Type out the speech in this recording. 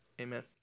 Amen